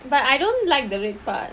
but I don't like the red part